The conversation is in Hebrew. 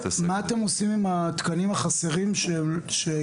מה אתם עושים עם התקנים החסרים שיש?